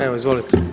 Evo, izvolite.